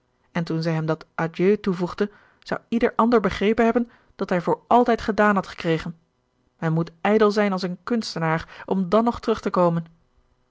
en toen zij hem dat adieu toevoegde zou ieder ander begrepen hebben dat hij voor altijd gedaan had gekregen men moet ijdel zijn als een kunstenaar om dan nog terug te komen